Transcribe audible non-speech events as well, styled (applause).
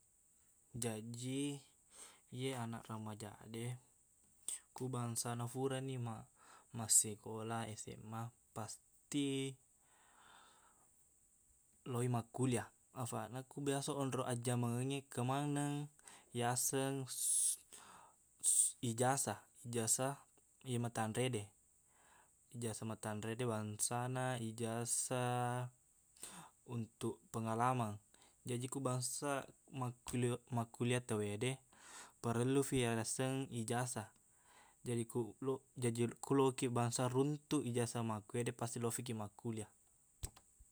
Jaji iye anak remaja de ku bangsana furani ma- massikola sma pasti lao i makkuliah afaqna ko biasa onro ajjamengengnge kemaneng yaseng (noise) ijasah ijasah iye matanrede ijasah matanrede bangsana ijasah untuk pengalaman jaji ku bangsa makkulie- makkuliah tauwede parellufi yaseng ijasah jaji ku lo- jaji ku lokiq bangsa runtuk ijasah makkuwede pasti lofikiq makkuliah (noise)